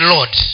Lord